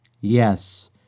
Yes